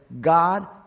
God